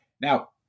Now